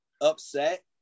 upset